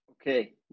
okay